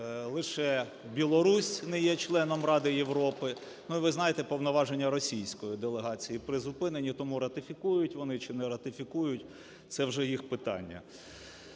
Лише Білорусь не є членом Ради Європи. І ви знаєте, повноваження російської делегації призупинені, тому ратифікують вони чи не ратифікують, це вже їх питання.